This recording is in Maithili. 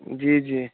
जी